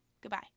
Goodbye